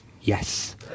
Yes